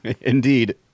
Indeed